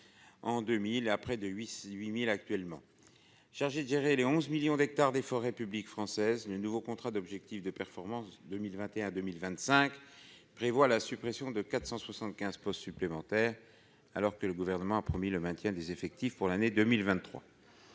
en 2000 à près de 808000 actuellement chargé de gérer 11 millions d'hectares des forêts publiques françaises, le nouveau contrat d'objectifs de performance 2021 2025 prévoit la suppression de 475 postes supplémentaires alors que le gouvernement a promis le maintien des effectifs pour l'année 2023,